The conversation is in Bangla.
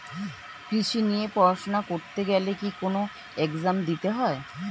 কৃষি নিয়ে পড়াশোনা করতে গেলে কি কোন এগজাম দিতে হয়?